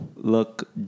Look